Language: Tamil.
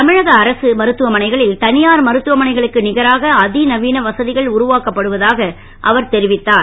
தமிழக அரசு மருத்துவமனைகளில் தனியார் மருத்துவமனைகளுக்கு நிகராக வசதிகள் உருவாக்கப்படுவதாக தெரிவித்தார்